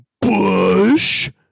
Bush